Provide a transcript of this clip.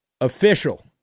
official